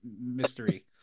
mystery